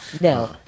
No